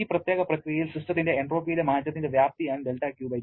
ഈ പ്രത്യേക പ്രക്രിയയിൽ സിസ്റ്റത്തിന്റെ എൻട്രോപ്പിയിലെ മാറ്റത്തിന്റെ വ്യാപ്തിയാണ് δQT